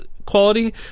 Quality